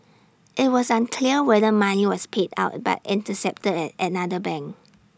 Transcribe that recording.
IT was unclear whether money was paid out but intercepted at another bank